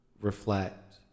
reflect